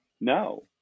No